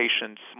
patient's